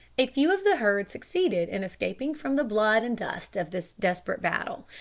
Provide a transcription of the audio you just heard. a few of the herd succeeded in escaping from the blood and dust of this desperate battle,